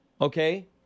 Okay